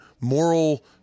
moral